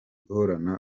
uhorana